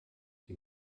die